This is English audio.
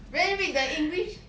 re~ read the english